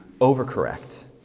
overcorrect